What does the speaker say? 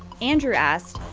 andrew asked,